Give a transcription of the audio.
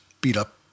beat-up